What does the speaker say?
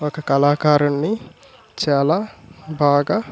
ఒక కళాకారునిని చాలా బాగా